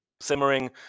Simmering